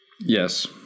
Yes